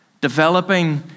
Developing